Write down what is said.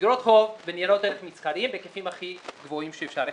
אגרות חוב וניירות ערך מסחריים בהיקפים הכי גבוהים שאפשר.